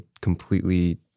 completely